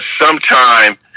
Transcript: sometime